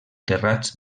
terrats